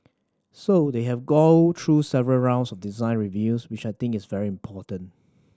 so they have go through several rounds of design reviews which I think is very important